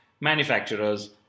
manufacturers